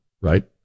right